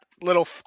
little